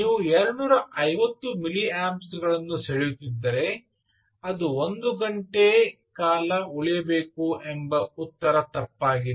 ನೀವು 250 ಮಿಲಿಯಾಂಪ್ಗಳನ್ನು ಸೆಳೆಯುತ್ತಿದ್ದರೆ ಅದು ಒಂದು ಗಂಟೆ ಕಾಲ ಉಳಿಯಬೇಕು ಎಂಬ ಉತ್ತರ ತಪ್ಪಾಗಿದೆ